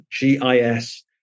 GIS